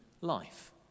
life